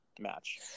match